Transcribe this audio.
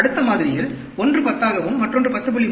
அடுத்த மாதிரியில் ஒன்று 10 ஆகவும் மற்றொன்று 10